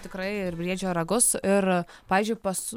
tikrai ir briedžio ragus ir pavyzdžiui pas